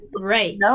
right